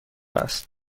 است